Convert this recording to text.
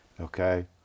okay